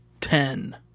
Ten